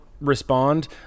respond